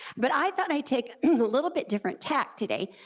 but i thought i'd take a little bit different tact today,